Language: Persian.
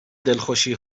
دلخوشی